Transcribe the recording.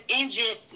engine